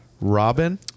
Robin